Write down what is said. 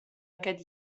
aquest